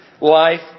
life